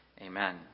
Amen